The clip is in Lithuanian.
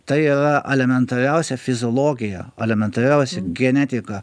tai yra elementariausia fiziologija elementariausia genetika